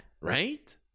right